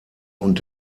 und